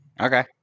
Okay